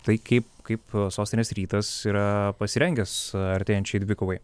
tai kaip kaip sostinės rytas yra pasirengęs artėjančiai dvikovai